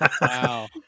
Wow